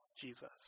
Jesus